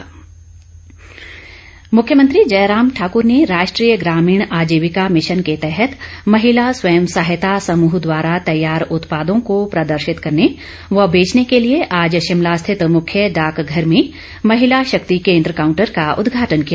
मुख्यमंत्री मुख्यमंत्री जयराम ठाकुर ने राष्ट्रीय ग्रामीण आजिविका मिशन के तहत महिला स्वयं सहायता समूह द्वारा तैयार उत्पादों को प्रदर्शित करने व बेचने के लिए आज शिमला स्थित मुख्य डाकघर में महिला शक्ति केन्द्र काउंटर का उद्घाटन किया